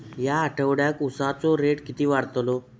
या आठवड्याक उसाचो रेट किती वाढतलो?